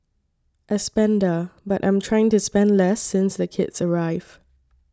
a spender but I'm trying to spend less since the kids arrived